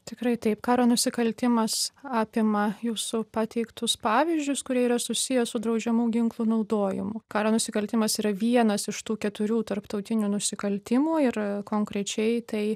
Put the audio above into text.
tikrai taip karo nusikaltimas apima jūsų pateiktus pavyzdžius kurie yra susiję su draudžiamų ginklų naudojimu karo nusikaltimas yra vienas iš tų keturių tarptautinių nusikaltimų ir konkrečiai tai